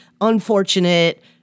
unfortunate